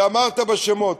ואמרת שמות.